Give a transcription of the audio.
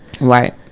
Right